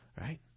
Right